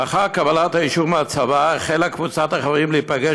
לאחר קבלת האישור מהצבא החלה קבוצת החברים להיפגש